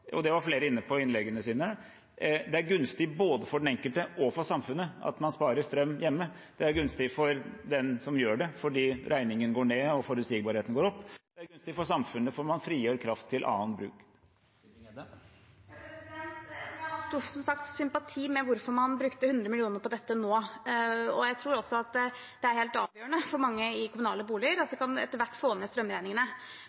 det er gunstig både for den enkelte og for samfunnet at man sparer strøm hjemme. Det er gunstig for den som gjør det, fordi regningen går ned og forutsigbarheten går opp, og det er gunstig for samfunnet, for man frigjør kraft til annen bruk. Jeg har som sagt sympati for at man brukte 100 mill. kr på dette nå, og jeg tror også at det er helt avgjørende for mange i kommunale boliger at